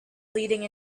leading